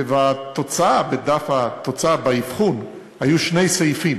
ובתוצאה, בדף התוצאה, באבחון, היו שני סעיפים,